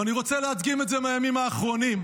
ואני רוצה להדגים את זה מהימים האחרונים.